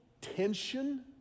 tension